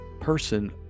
person